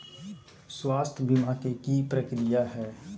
स्वास्थ बीमा के की प्रक्रिया है?